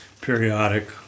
periodic